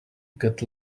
get